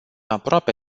aproape